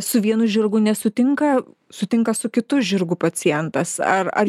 su vienu žirgu nesutinka sutinka su kitu žirgu pacientas ar ar